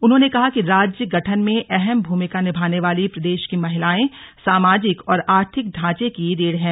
उन्होंने कहा कि राज्य गठन में अहम भूमिका निभाने वाली प्रदेश की महिलाएं सामाजिक और आर्थिक ढांचे की रीढ़ हैं